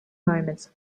moments